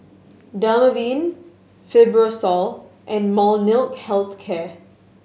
Dermaveen Fibrosol and Molnylcke Health Care